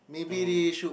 to